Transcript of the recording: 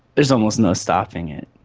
there's almost no stopping it.